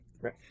right